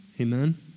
Amen